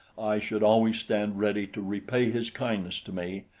i should always stand ready to repay his kindness to me,